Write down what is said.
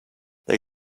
they